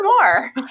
more